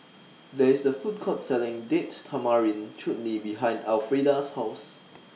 There IS A Food Court Selling Date Tamarind Chutney behind Alfreda's House